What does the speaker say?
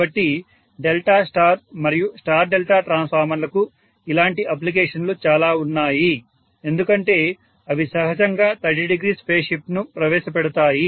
కాబట్టి delta star మరియు star delta ట్రాన్స్ఫార్మర్లకు ఇలాంటి అప్లికేషన్లు చాలా ఉన్నాయి ఎందుకంటే అవి సహజంగా 300 ఫేజ్ షిఫ్ట్ను ప్రవేశపెడతాయి